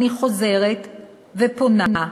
אני חוזרת ופונה: